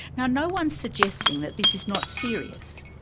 now no-one's suggesting that this is not serious.